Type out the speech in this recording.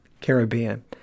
Caribbean